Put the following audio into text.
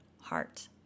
heart